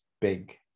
big